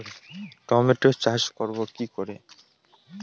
টমেটোর চাষ করব কি করে?